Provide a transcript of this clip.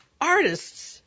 Artists